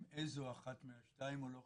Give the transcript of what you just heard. איזו אחת מהשתיים או לא חשוב?